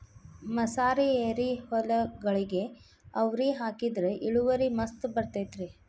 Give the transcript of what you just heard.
ಮಸಾರಿ ಎರಿಹೊಲಗೊಳಿಗೆ ಅವ್ರಿ ಹಾಕಿದ್ರ ಇಳುವರಿ ಮಸ್ತ್ ಬರ್ತೈತಿ